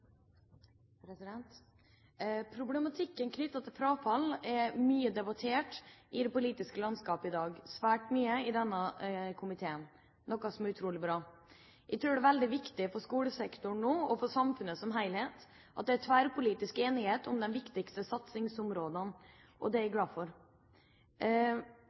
Problematikken knyttet til frafall er mye debattert i det politiske landskap i dag, og svært mye i denne komiteen, noe som er utrolig bra. Jeg tror det er veldig viktig for skolesektoren og for samfunnet som helhet at det nå er tverrpolitisk enighet om de viktigste satsingsområdene, og det er jeg glad for at det er. Vi har alle felles mål for